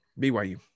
BYU